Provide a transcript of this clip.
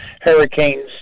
hurricanes